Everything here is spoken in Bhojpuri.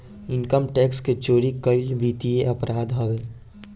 इनकम टैक्स के चोरी कईल वित्तीय अपराध हवे